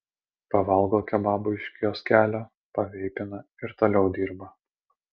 pavalgo kebabų iš kioskelio paveipina ir toliau dirba